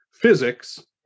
physics